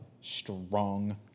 strong